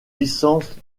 licence